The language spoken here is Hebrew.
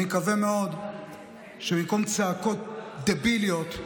אני מקווה מאוד שבמקום צעקות דביליות,